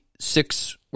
six